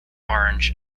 orange